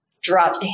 drop